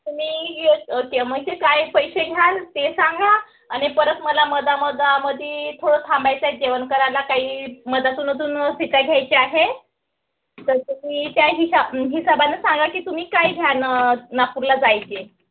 तुम्ही य ते म्हणजे काय पैसे घ्याल ते सांगा आणि परत मला मध्ये मध्ये मध्ये मध्ये थोडं थांबायचं आहे जेवण करायला काही मदातूनतून सिकाय घ्यायची आहे तर तुम्ही त्या हिशेब हिशेबानं सांगा की तुम्ही काय घ्याल नागपूरला जायचे